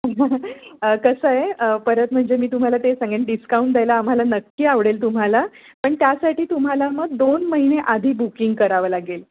कसं आहे परत म्हणजे मी तुम्हाला तेच सांगेन डिस्काउंट द्यायला आम्हाला नक्की आवडेल तुम्हाला पण त्यासाठी तुम्हाला मग दोन महिने आधी बुकिंग करावं लागेल